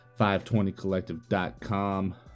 520collective.com